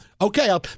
Okay